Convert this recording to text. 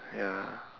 ya